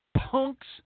punks